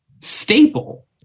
staple